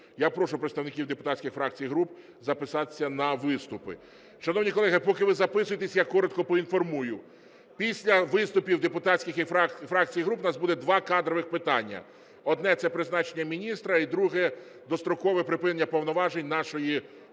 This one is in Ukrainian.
я прошу представників депутатських фракцій і груп записатися на виступи. Шановні колеги, поки ви записуєтеся, я коротко поінформую. Після виступів депутатських фракцій і груп у нас буде два кадрових питання: одне – це призначення міністра і друге – дострокове припинення повноважень нашої колеги.